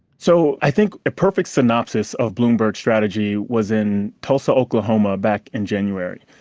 so i think a perfect synopsis of bloomberg's strategy was in tulsa, oklahoma back in january.